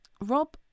rob